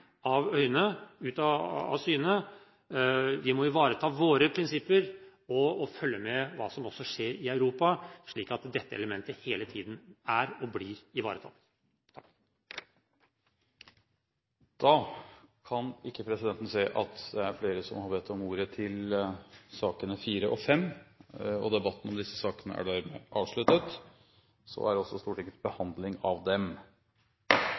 av landegrensene i rettsstatens interesse, ikke mister rettssikkerhetsperspektivet av syne. Vi må ivareta våre prinsipper og følge med på hva som skjer i Europa, slik at dette elementet hele tiden er og blir ivaretatt. Flere har ikke bedt om ordet til sakene nr. 4 og 5. Første taler er Anna Ljunggren, på vegne av sakens ordfører. Jeg har gleden av å holde saksordførerinnlegget i denne debatten,